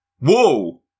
Whoa